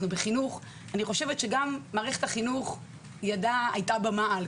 אני חושבת שגם ידה של מערכת החינוך היתה במעל,